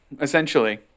Essentially